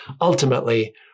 ultimately